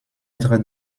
être